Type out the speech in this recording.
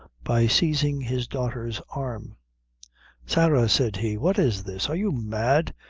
by seizing his daughter's arm sarah, said he, what is this? are you mad,